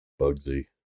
Bugsy